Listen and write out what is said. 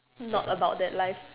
not about that life